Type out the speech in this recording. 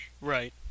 Right